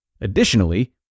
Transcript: Additionally